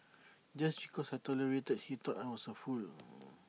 just because I tolerated he thought I was A fool